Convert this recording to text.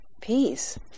peace